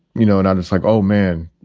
you know, and it's like, oh, man,